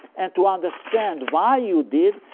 and to understand why you did,